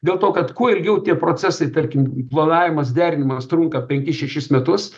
dėl to kad kuo ilgiau tie procesai tarkim planavimas derinimas trunka penkis šešis metus